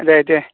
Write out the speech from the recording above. दे दे